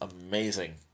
amazing